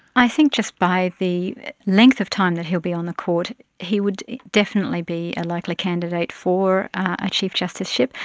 i think just by the length of time that he will be on the court, he would definitely be a likely candidate for a chief justiceship,